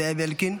בעד זאב אלקין,